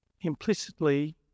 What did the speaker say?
Implicitly